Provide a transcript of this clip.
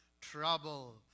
trouble